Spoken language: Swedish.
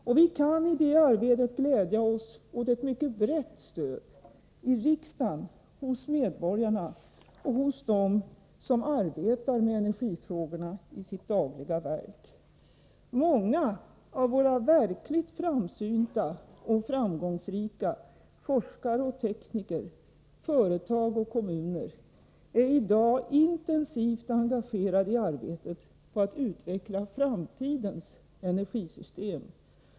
Och vi kan i det arbetet glädja oss åt ett mycket brett stöd — i riksdagen, hos medborgarna och hos dem som arbetar med energifrågorna i sitt dagliga verk. Många av våra verkligt framsynta och framgångsrika forskare och tekniker, företag och kommuner är i dag intensivt engagerade i arbetet på att utveckla framtidens energisystem.